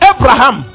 Abraham